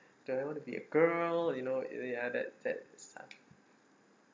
do I want to be a girl you know that that stuff